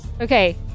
Okay